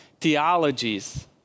theologies